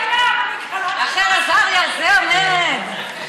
רחל עזריה, זה המרד?